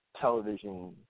television